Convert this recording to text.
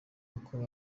uko